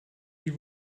die